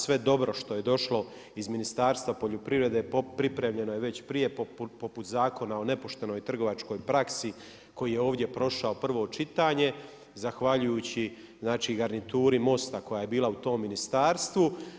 Sve dobro što je došlo iz Ministarstva poljoprivrede pripremljeno je već prije poput Zakona o nepoštenoj trgovačkoj praksi koji je ovdje prošao prvo čitanje, zahvaljujući garnituri Most-a koja je bila u tom ministarstvu.